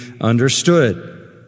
understood